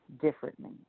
differently